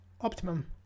optimum